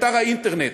אתר האינטרנט,